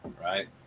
right